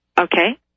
Okay